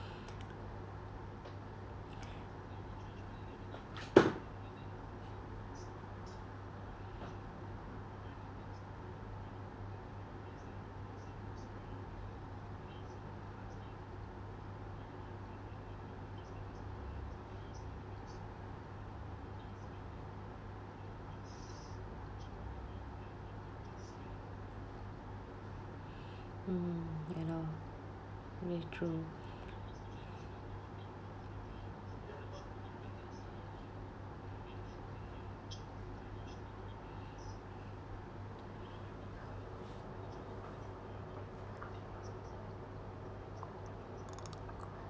mm ya lor ya true